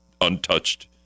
untouched